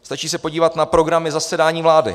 Stačí se podívat na programy zasedání vlády.